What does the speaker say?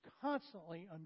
constantly